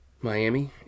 Miami